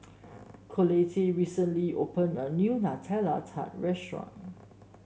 Colette recently opened a new Nutella Tart restaurant